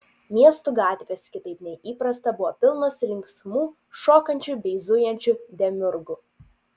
miestų gatvės kitaip nei įprasta buvo pilnos linksmų šokančių bei zujančių demiurgų